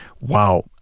wow